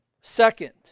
Second